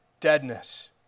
deadness